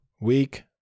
week